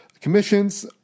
commissions